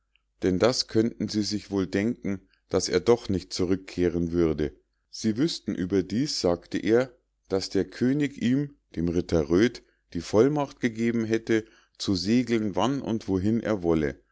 denn das könnten sie sich wohl denken daß er doch nicht zurückkehren würde sie wüßten überdies sagte er daß der könig ihm dem ritter röd die vollmacht gegeben hätte zu segeln wann und wohin er wolle